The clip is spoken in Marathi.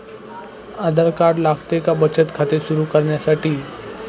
आधार कार्ड लागते का बचत खाते सुरू करण्यासाठी?